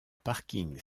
parking